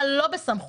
מה לא בסמכותו.